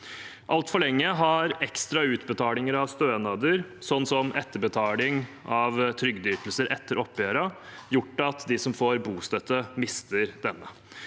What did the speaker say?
Altfor lenge har ekstrautbetalinger av stønader, som etterbetaling av trygdeytelser etter oppgjørene, gjort at de som får bostøtte, mister denne.